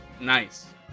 Nice